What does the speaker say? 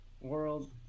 world